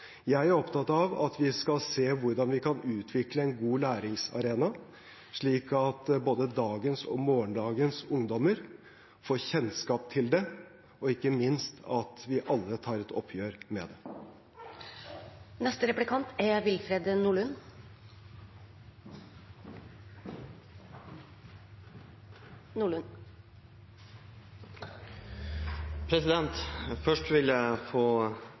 Jeg er opptatt av at vi skal se hvordan vi kan utvikle en god læringsarena, slik at både dagens og morgendagens ungdommer får kjennskap til det, og ikke minst at vi alle tar et oppgjør med det. Først vil jeg